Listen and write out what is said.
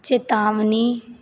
ਚੇਤਾਵਨੀ